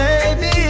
Baby